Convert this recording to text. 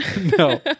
no